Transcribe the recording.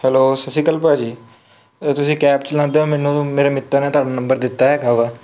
hello ਸਤਿ ਸ਼੍ਰੀ ਅਕਾਲ ਭਾਅ ਜੀ ਤੁਸੀਂ ਕੈਬ ਚਲਾਉਂਦੇ ਹੋ ਮੈਨੂੰ ਮੇਰੇ ਮਿੱਤਰ ਨੇ ਤੁਹਾਡਾ ਨੰਬਰ ਦਿੱਤਾ ਹੈਗਾ ਵਾ